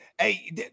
hey